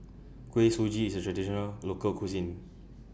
Kuih Suji IS A Traditional Local Cuisine